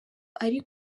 ari